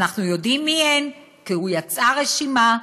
ואנחנו יודעים מי הן, כי יצאה רשימה,